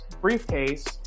briefcase